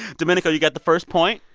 domenico, you got the first point.